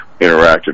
interacted